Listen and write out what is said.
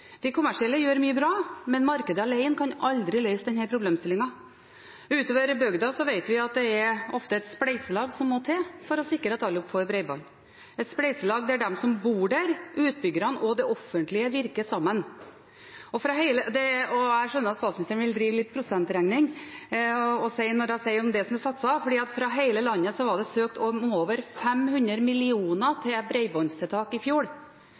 De kommersielle gjør mye bra, men markedet alene kan aldri løse dette problemet. Utover bygda vet vi at det ofte er et spleiselag som må til for å sikre at alle får bredbånd – et spleiselag der de som bor der, utbyggerne og det offentlige virker sammen. Jeg skjønner at statsministeren vil drive litt prosentregning om det som er satset. Fra hele landet var det søkt om over 500 mill. kr til bredbåndstiltak i fjor.